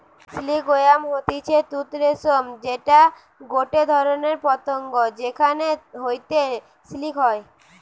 silk worm হতিছে তুত রেশম যেটা গটে ধরণের পতঙ্গ যেখান হইতে সিল্ক হয়